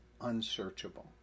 unsearchable